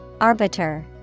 Arbiter